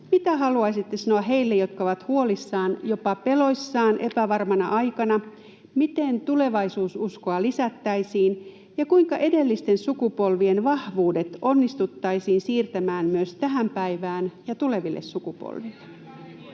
mitä haluaisitte sanoa heille, jotka ovat huolissaan, jopa peloissaan, epävarmana aikana? Miten tulevaisuususkoa lisättäisiin, ja kuinka edellisten sukupolvien vahvuudet onnistuttaisiin siirtämään myös tähän päivään ja tuleville sukupolville?